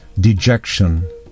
dejection